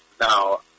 Now